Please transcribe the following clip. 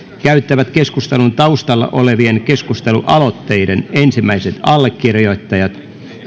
käyttävät keskustelun taustalla olevien keskustelualoitteiden ensimmäiset allekirjoittajat